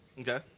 Okay